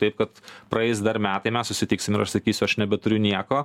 taip kad praeis dar metai mes susitiksim ir aš sakysiu aš nebeturiu nieko